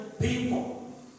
people